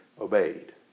obeyed